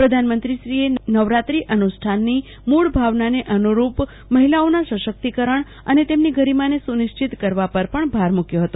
પ્રધાનમંત્રીશ્રીએ નવરાત્રિ અનુષ્ઠાનની મૂળ ભાવનાને અનુરૂપ મહિલાઓના સશક્તિકરણ અને તેમણી ગરિમાને સુનિશ્ચિત કરવા પર પણ ભાર મુક્યો હતો